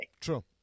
True